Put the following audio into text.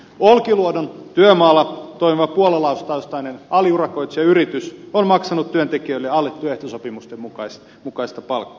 olkiluodon työmaalla toimiva puolalaistaustainen aliurakoitsijayritys on maksanut työntekijöilleen alle työehtosopimusten mukaista palkkaa